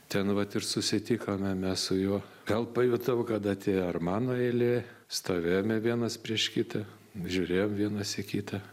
ten vat ir susitikome mes su juo gal pajutau kad atėjo ar mano eilė stovėjome vienas prieš kitą žiūrėjom vienas į kitą